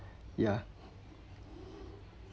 yeah